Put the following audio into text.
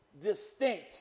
distinct